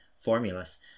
formulas